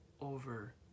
over